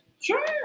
Sure